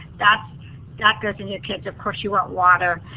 that goes in your kit. of course you want water.